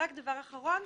דבר אחרון,